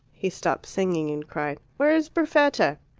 he stopped singing, and cried where is perfetta?